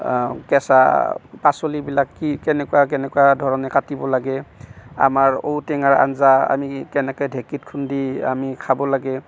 কেঁচা পাচলিবিলাক কি কেনেকুৱা কেনেকুৱা ধৰণে কাটিব লাগে আমাৰ ঔ টেঙাৰ আঞ্জা আমি কেনেকৈ ঢেঁকীত খুন্দি আমি খাব লাগে